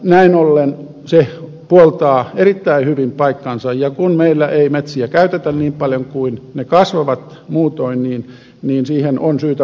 näin ollen se puoltaa erittäin hyvin paikkaansa ja kun meillä ei metsiä käytetä niin paljon kuin ne kasvavat muutoin siihen on syytä paneutua